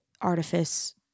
artifice